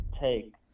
take